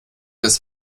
des